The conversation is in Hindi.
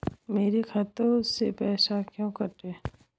मेरे खाते से पैसे क्यों कटे?